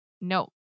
no